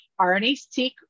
RNA-seq